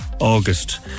August